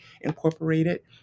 Incorporated